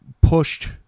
pushed